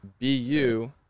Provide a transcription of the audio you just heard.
BU